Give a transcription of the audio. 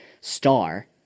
star